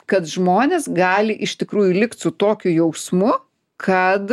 kad žmonės gali iš tikrųjų likt su tokiu jausmu kad